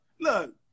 look